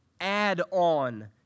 add-on